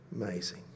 Amazing